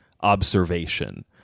observation